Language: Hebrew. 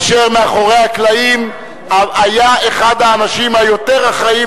אשר מאחורי הקלעים היה אחד האנשים היותר אחראים